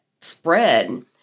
spread